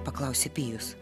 paklausė pijus